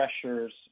pressures